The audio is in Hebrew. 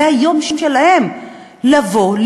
זה היום שלהם לבוא,